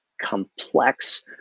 complex